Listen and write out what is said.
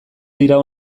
dira